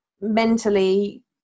mentally